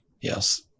yes